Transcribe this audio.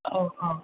औ औ